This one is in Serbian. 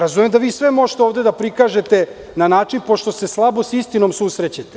Razumem da sve možete ovde da prikažete na način pošto se slabo sa istinom susrećete.